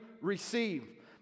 receive